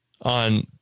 on